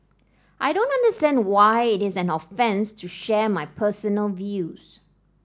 I don't understand why it is an offence to share my personal views